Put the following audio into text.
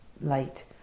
light